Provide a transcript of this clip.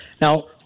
Now